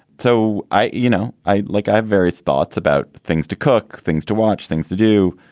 so i you know, i like i have various thoughts about things to cook, things to watch, things to do.